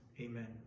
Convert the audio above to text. Amen